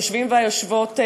היושבים והיושבות,